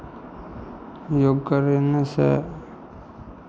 योग करनेसँ